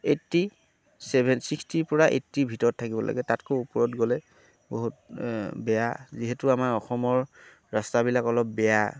এইটি seven ছিক্সটিৰ পৰা এইটিৰ ভিতৰত থাকিব লাগে তাতকৈ ওপৰত গ'লে বহুত বেয়া যিহেতু আমাৰ অসমৰ ৰাস্তাবিলাক অলপ বেয়া